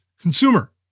consumer